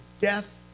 death